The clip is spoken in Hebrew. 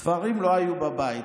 ספרים לא היו בבית.